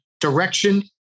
direction